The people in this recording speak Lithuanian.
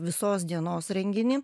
visos dienos renginį